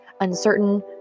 uncertain